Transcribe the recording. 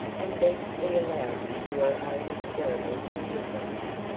and begged to be allowed to do her own experimenting with them.